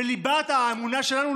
בליבת האמונה שלנו,